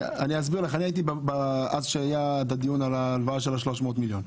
אני הייתי בדיון על ההלוואה של 300 מיליון.